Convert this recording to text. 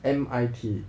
M_I_T